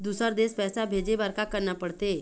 दुसर देश पैसा भेजे बार का करना पड़ते?